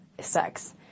sex